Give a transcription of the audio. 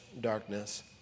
darkness